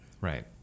right